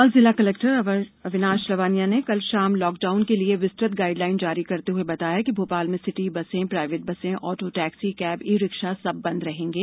भोपाल जिला कलेक्टर अविनाश लवानिया ने कल शाम लॉकडाउन के लिए विस्तृत गाइडलाइन जारी करते हुए बताया कि भोपाल में सिटी बसें प्राइवेट बसें auto taxi cab e rickshaw सब बंद रहेंगे